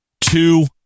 two